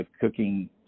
cooking